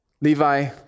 Levi